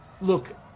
Look